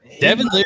Devin